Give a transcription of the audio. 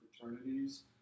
fraternities